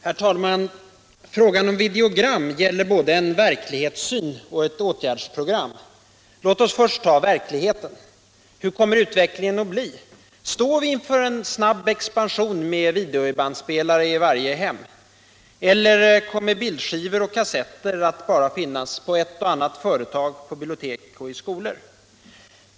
Herr talman! Frågan om videogram gäller både en verklighetssyn och ett åtgärdsprogram. Låt oss först ta verkligheten. Hur kommer utvecklingen att bli? Står vi inför en snabb expansion, med videobandspelare i varje hem? Eller kommer bildskivor och kassetter att finnas bara på ett och annat företag, på bibliotek och i skolor?